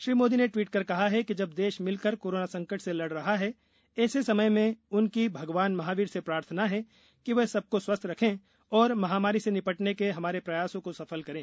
श्री मोदी ने ट्वीट कर कहा है कि जब देश मिलकर कोरोना संकट से लड़ रहा है ऐसे समय में उनकी भगवान महावीर से प्रार्थना है कि वे सबको स्वस्थ रखें और महामारी से निपटने के हमारे प्रयासों को सफल करें